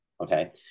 Okay